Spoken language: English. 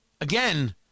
Again